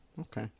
okay